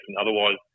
Otherwise